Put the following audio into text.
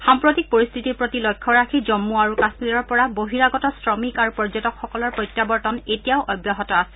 সাম্প্ৰতিক পৰিস্থিতিৰ প্ৰতি লক্ষ্য ৰাখি জন্মু আৰু কাম্মীৰৰ পৰা বহিৰাগত শ্ৰমিক আৰু পৰ্যটকসকলৰ প্ৰত্যাৱৰ্তন এতিয়াও অব্যাহত আছে